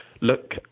look